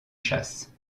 chasse